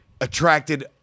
attracted